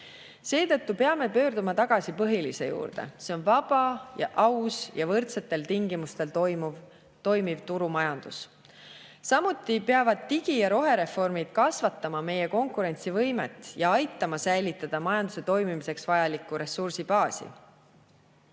Seetõttu peame tagasi pöörduma põhilise juurde – see on vaba, aus ja võrdsetel tingimustel toimiv turumajandus. Samuti peavad digi- ja rohereformid kasvatama meie konkurentsivõimet ja aitama säilitada majanduse toimimiseks vajalikku ressursibaasi.